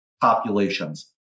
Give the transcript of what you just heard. populations